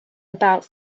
about